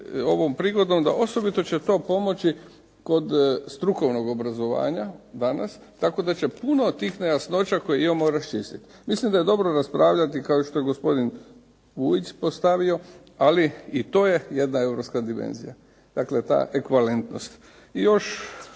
ovom prigodom da osobito će to pomoći kod strukovnog obrazovanja danas, tako da će puno tih nejasnoća koje imamo raščistiti. Mislim da je dobro raspravljati kao što je i gospodin Vujić postavio, ali i to je jedna europska dimenzija. Dakle, ta ekvivalentnost.